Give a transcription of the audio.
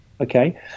okay